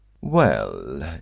Well